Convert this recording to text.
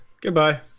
Goodbye